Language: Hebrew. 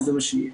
וזה מה שיהיה.